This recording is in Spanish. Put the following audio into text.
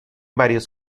varios